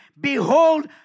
behold